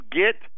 get